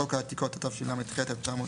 - חוק העתיקות, התשל"ח-1978,